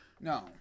No